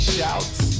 Shouts